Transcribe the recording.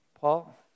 Paul